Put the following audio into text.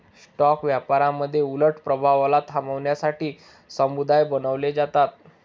stock व्यापारामध्ये उलट प्रभावाला थांबवण्यासाठी समुदाय बनवले जातात